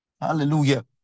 Hallelujah